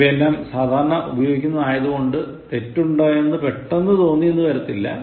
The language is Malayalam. ഇവയെല്ലാം സാധാരണ ഉപയോഗിക്കുന്നതായതുകൊണ്ട് തെറ്റുണ്ടെന്ന് പെട്ടന്നു തോന്നി എന്നു വരില്ല